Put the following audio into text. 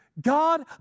God